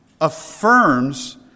affirms